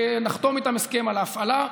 נחתום איתם הסכם על ההפעלה,